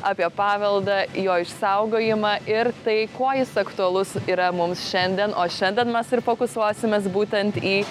apie paveldą jo išsaugojimą ir tai kuo jis aktualus yra mums šiandien o šiandien mes ir fokusuosimės būtent į